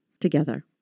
together